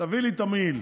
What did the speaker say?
תביא לי את המעיל.